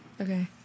Okay